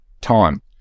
time